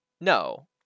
no